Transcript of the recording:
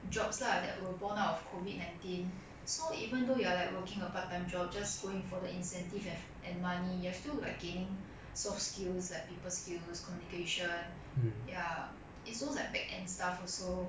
jobs lah that were born out of COVID nineteen so even though you are like working a part time job just going for the incentive and f~ money you are still like gaining soft skills like people skills communication ya it's those like back end stuff also